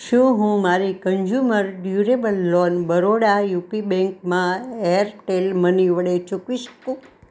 શું હું મારી consumer durable loan Baroda UP બેંકમાં એરટેલ મની વડે ચૂકવી શકું